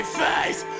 face